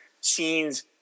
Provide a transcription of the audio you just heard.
scenes